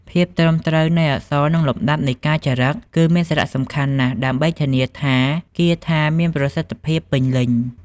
ភាពត្រឹមត្រូវនៃអក្សរនិងលំដាប់នៃការចារឹកគឺមានសារៈសំខាន់ណាស់ដើម្បីធានាថាគាថាមានប្រសិទ្ធភាពពេញលេញ។